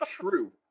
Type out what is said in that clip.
True